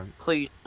Please